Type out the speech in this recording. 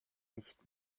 nicht